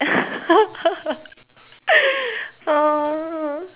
so